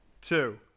two